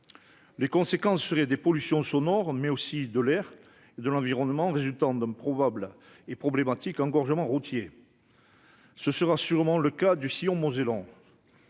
Les conséquences seraient des pollutions sonores, mais également des pollutions de l'air et de l'environnement résultant d'un probable et problématique engorgement routier. Ce sera sûrement le cas du sillon mosellan.